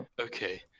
Okay